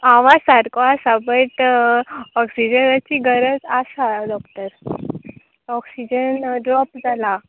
आवाज सारको आसा बट ऑक्सिजनाची गरज आसा डॉक्टर ऑक्सिजन ड्रॉप जाला